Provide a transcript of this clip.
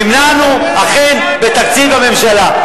נמנענו אכן בתקציב הממשלה.